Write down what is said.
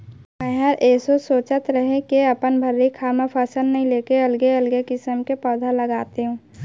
मैंहर एसो सोंचत रहें के अपन भर्री खार म फसल नइ लेके अलगे अलगे किसम के पउधा लगातेंव